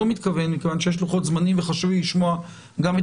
יש לוחות זמנים וחשוב לי לשמוע גם את